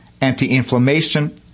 anti-inflammation